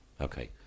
Okay